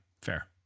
fair